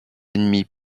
ennemis